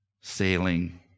sailing